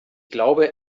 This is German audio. glaube